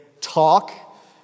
talk